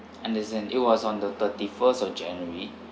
understand it was on the thirty first of january